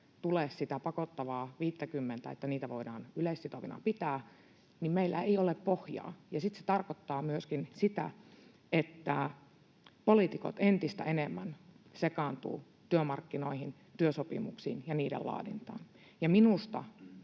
tule sitä pakottavaa 50:tä, niin että niitä voidaan yleissitovina pitää, meillä ei ole pohjaa, ja sitten se tarkoittaa myöskin sitä, että poliitikot entistä enemmän sekaantuvat työmarkkinoihin, työsopimuksiin ja niiden laadintaan. Ja minusta